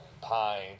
pines